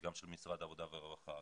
גם של משרד העבודה והרווחה,